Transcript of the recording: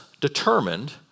determined